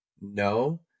no